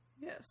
Yes